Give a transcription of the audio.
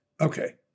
Okay